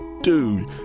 dude